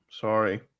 sorry